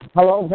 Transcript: Hello